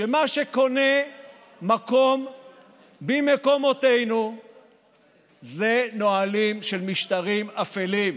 שמה שקונה מקום במקומותינו זה נהלים של משטרים אפלים.